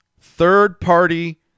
third-party